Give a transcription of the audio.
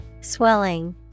Swelling